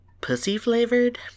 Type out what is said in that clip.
pussy-flavored